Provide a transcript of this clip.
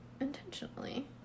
intentionally